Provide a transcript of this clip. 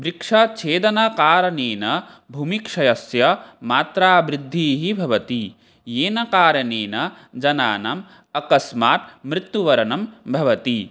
वृक्षाः छेदनकारणेन भूमिक्षयस्य मात्रावृद्धिः भवति येन कारणेन जनानाम् अकस्मात् मृत्युवरणं भवति